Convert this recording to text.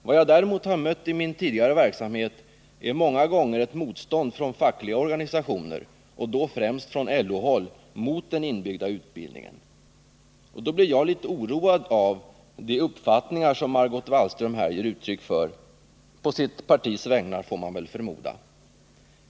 Vad jag däremot har mött i min tidigare verksamhet är många gånger ett motstånd från fackliga organisationer, och då främst från LO-håll, mot den inbyggda utbildningen. Och då blir jag litet oroad av de uppfattningar som Margot Wallström här ger uttryck för — på sitt partis vägnar, får man väl förmoda.